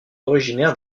originaires